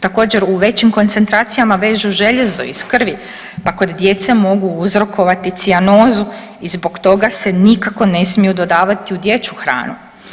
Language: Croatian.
Također, u većim koncentracijama vežu željezo iz krvi pa kod djece mogu uzrokovati cijanozu i zbog toga se nikako ne smiju dodavati u dječju hranu.